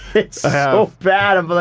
it's so bad. i'm like,